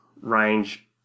range